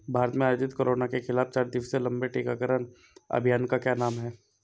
भारत में आयोजित कोरोना के खिलाफ चार दिवसीय लंबे टीकाकरण अभियान का क्या नाम है?